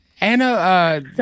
Anna